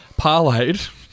parlayed